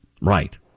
Right